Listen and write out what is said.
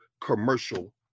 commercial